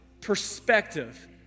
perspective